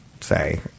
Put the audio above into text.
say